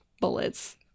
bullets